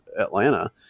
Atlanta